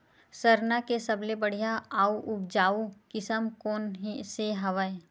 सरना के सबले बढ़िया आऊ उपजाऊ किसम कोन से हवय?